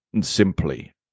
simply